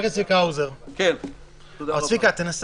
הוא פוגע פגיעה אנושה בשוק הדעות החופשי